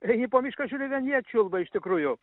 eini po mišką žiūri vien jie čiulba iš tikrųjų